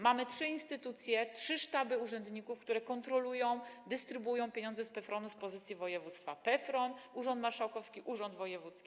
Mamy trzy instytucje, trzy sztaby urzędników, które kontrolują, dystrybuują pieniądze z PFRON-u z pozycji województwa: PFRON, urząd marszałkowski i urząd wojewódzki.